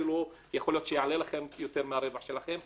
אפילו יכול להיות שיעלה לכם יותר מהרווח שלכם.